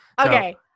Okay